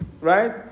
right